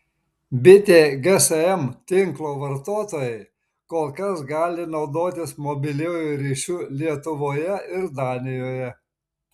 bitė gsm tinklo vartotojai kol kas gali naudotis mobiliuoju ryšiu lietuvoje ir danijoje